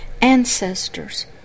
ancestors